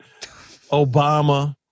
Obama